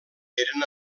eren